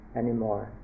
anymore